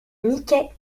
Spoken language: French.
mickey